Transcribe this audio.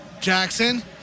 Jackson